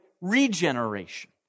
regeneration